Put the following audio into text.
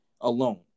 alone